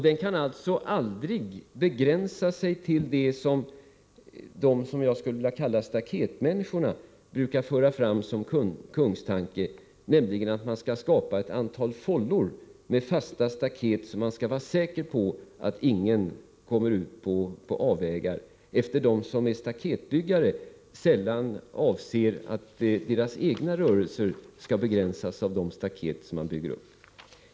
Den kan alltså aldrig begränsa sig till det som vad jag skulle vilja kalla staketmänniskorna brukar föra fram som kungstanke, nämligen att man skall skapa ett antal fållor med fasta staket, så att man skall vara säker på att ingen kommer ut på avvägar — staketbyggarna avser sällan att deras egna rörelser skall begränsas av de staket som man sätter upp.